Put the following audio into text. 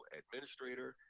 administrator